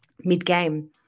mid-game